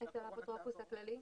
אצל האפוטרופוס הכללי.